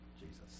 Jesus